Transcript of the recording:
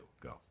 Go